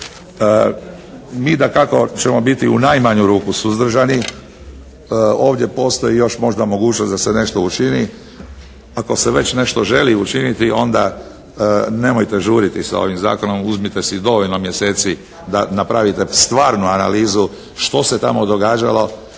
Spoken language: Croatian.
Mi dakako ćemo biti u najmanju ruku suzdržani. Ovdje postoji još možda mogućnost da se nešto učini. Ako se već nešto želi učiniti onda nemojte žuriti sa ovim zakonom, uzmite si dovoljno mjeseci da napravite stvarnu analizu što se tamo događalo.